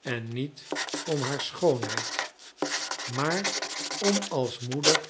en niet om haar schoonheid maar om als moeder